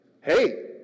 hey